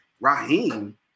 Raheem